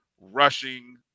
rushing